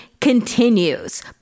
continues